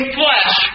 flesh